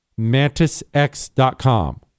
MantisX.com